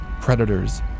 predators